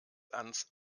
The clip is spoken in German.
ans